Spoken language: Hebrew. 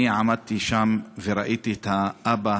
אני עמדתי שם וראיתי את האבא